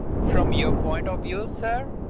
from your point of view, sir,